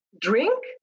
drink